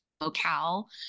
locale